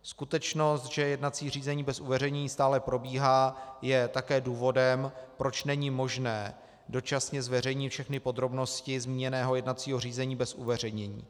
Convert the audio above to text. Skutečnost, že jednací řízení bez uveřejnění stále probíhá, je také důvodem, proč není možné dočasně zveřejnit všechny podrobnosti zmíněného jednacího řízení bez uveřejnění.